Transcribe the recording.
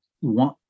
one